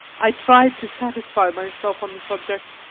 i tried to satisfy myself on the subject,